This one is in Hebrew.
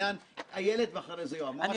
לקוחות הקצה בהקשר הזה הם הבנקים.